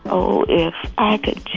oh, if i could